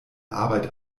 arbeit